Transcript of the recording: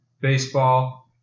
baseball